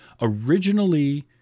originally